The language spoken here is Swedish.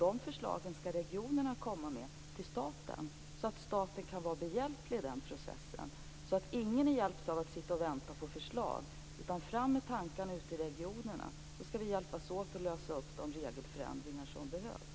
Dessa förslag skall regionerna komma med till staten, så att staten kan vara behjälplig i den processen. Så ingen är hjälpt av att man sitter och väntar med förslag. Nej, fram med tankarna ute i regionerna, så skall vi hjälpas åt att genomföra de regelförändringar som behövs.